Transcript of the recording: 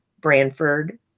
Branford